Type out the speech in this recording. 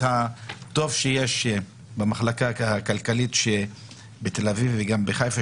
הטוב שיש במחלקה הכלכלית בתל אביב וגם בחיפה,